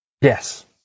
Yes